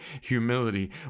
humility